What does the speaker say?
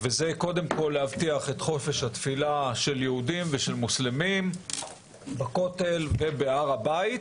וזה קודם כל להבטיח את חופש התפילה של יהודים ומוסלמים בכותל ובהר הבית,